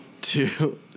two